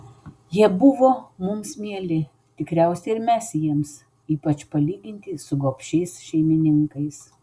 jie buvo mums mieli tikriausiai ir mes jiems ypač palyginti su gobšiais šeimininkais